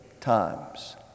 times